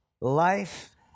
life